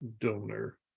donor